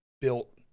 built